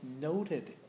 noted